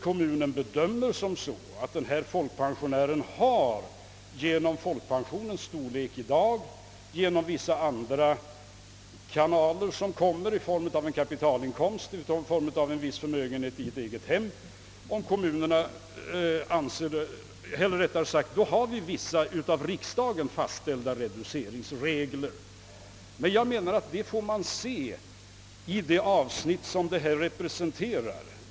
Om vederbörande folkpensionär genom folkpensionens storlek i dag, kapitalinkomst eller viss förmögenhet i eget hem har en sådan inkomst, kan kommunen bedöma det så att vissa av riksdagen fastställda reduceringsregler gäller. Man får då bedöma fallet med utgångspunkt från de regler som är tillämpliga.